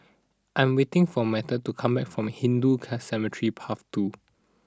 I'm waiting for Matteo to come back from Hindu car Cemetery Path two